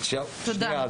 עוד לא סיימתי.